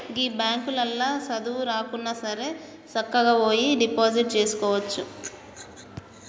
గీ బాంకులల్ల సదువు రాకున్నాసరే సక్కగవోయి డిపాజిట్ జేసుకోవచ్చు